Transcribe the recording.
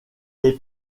les